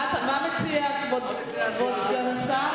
מה מציע כבוד סגן השר?